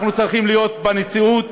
אנחנו צריכים להיות בנשיאות,